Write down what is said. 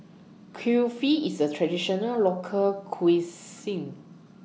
Kulfi IS A Traditional Local Cuisine